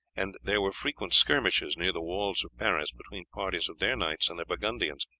and there were frequent skirmishes near the walls of paris between parties of their knights and the burgundians.